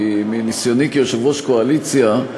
כי מניסיוני כיושב-ראש קואליציה,